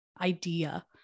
idea